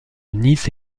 nice